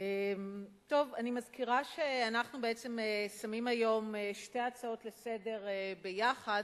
אני מזכירה שאנחנו בעצם שמים היום שתי הצעות לסדר-היום ביחד,